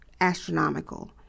astronomical